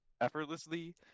effortlessly